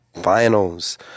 finals